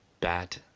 Bat